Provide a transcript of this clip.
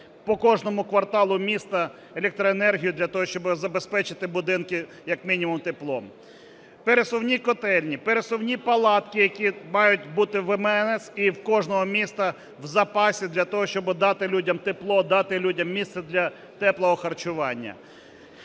по кожному кварталу міста електроенергію для того, щоб забезпечити будинки як мінімум теплом. Пересувні котельні, пересувні палатки, які мають бути в МНС і у кожного міста в запасі для того, щоб дати людям тепло, дати людям місце для теплого харчування.